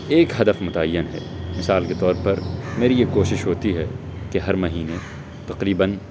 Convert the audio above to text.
ایک ہدف متعین ہے مثال کے طور پر میری یہ کوشش ہوتی ہے کہ ہر مہینے تقریباً